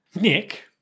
Nick